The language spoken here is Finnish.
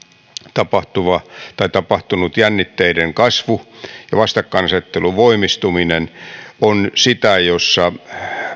tapahtuva tai tapahtunut jännitteiden kasvu ja vastakkainasettelun voimistuminen on sitä jossa